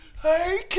Hey